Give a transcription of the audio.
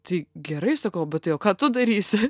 tai gerai sako o bet o tai ką tu darysi